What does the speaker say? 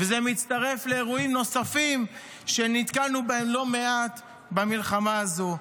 וזה מצטרף לאירועים נוספים שנתקלנו בהם לא מעט במלחמה הזו.